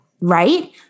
right